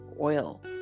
oil